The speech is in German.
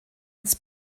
ins